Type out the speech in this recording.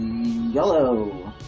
yellow